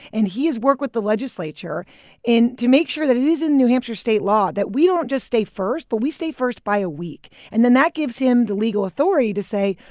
and he has worked with the legislature in to make sure that it is in new hampshire state law that we don't just stay first but we stay first by a week. and then that gives him the legal authority to say,